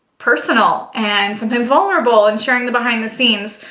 personal and sometimes vulnerable and sharing the behind the scenes.